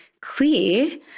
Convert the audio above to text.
clear